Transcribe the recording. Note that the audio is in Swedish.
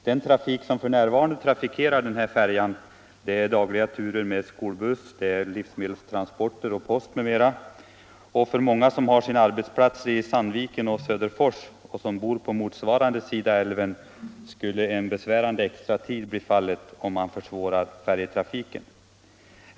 Den trafik som f. n. anlitar denna färja består av dagliga turer med skolbuss, livsmedelstransporter och post m.m. För många som har sina arbetsplatser i Sandviken och Söderfors och som bor på motsatt sida av älven skulle en besvärande extra tidsförlust uppstå om man försvårade färjtrafiken.